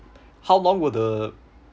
how long would the